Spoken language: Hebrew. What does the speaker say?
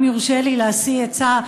אם יורשה לי להשיא עצה,